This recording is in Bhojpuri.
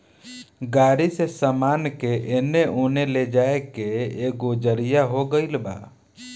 गाड़ी से सामान के एने ओने ले जाए के एगो जरिआ हो गइल बा